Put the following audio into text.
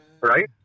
Right